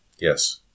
Yes